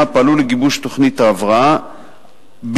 פעלו לגיבוש תוכנית ההבראה בשעתה.